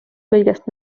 kõigest